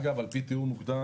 אגב על פי תיאום מוקדם,